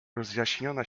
rozjaśniona